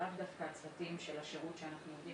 זה לאו דווקא הצוותים של השירות שאנחנו עובדים